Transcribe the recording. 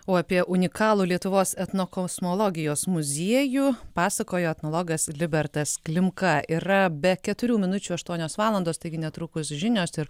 o apie unikalų lietuvos etnokosmologijos muziejų pasakojo etnologas libertas klimka yra be keturių minučių aštuonios valandos taigi netrukus žinios ir